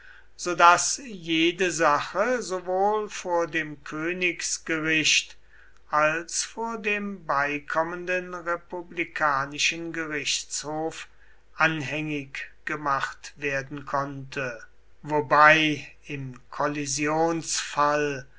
daß jede sache sowohl vor dem königsgericht als vor dem beikommenden republikanischen gerichtshof anhängig gemacht werden konnte wobei im